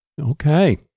Okay